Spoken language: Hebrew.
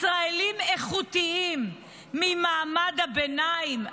ישראלים איכותיים ממעמד הביניים,